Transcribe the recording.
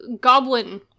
goblin